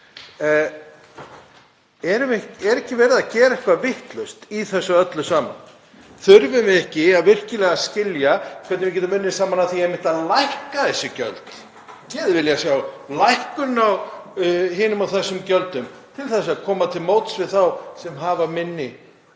Er ekki verið að gera eitthvað vitlaust í þessu öllu saman? Þurfum við ekki virkilega að skilja hvernig við getum unnið saman að því einmitt að lækka þessi gjöld? Ég hefði viljað sjá lækkun á hinum og þessum gjöldum til að koma til móts við þá sem hafa minni